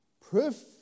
Proof